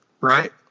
Right